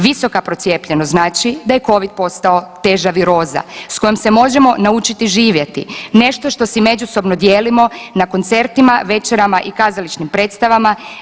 Visoka procijepljenost znači da je covid postao teža viroza s kojom se možemo naučiti živjeti, nešto što si međusobno dijelimo na koncertima, večerama i kazališnim predstavama.